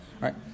right